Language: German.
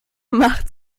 macht